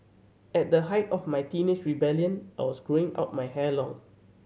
at the height of my teenage rebellion I was growing out my hair long